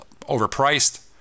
overpriced